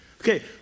Okay